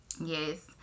Yes